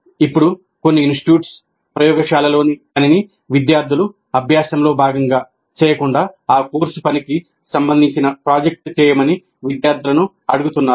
ఇప్పుడు కొన్ని ఇన్స్టిట్యూట్స్ ప్రయోగశాలలోని పనిని విద్యార్థులు అభ్యాసంలో భాగంగా చేయకుండా ఆ కోర్సు పనికి సంబంధించిన ప్రాజెక్ట్ చేయమని విద్యార్థులను అడుగుతున్నారు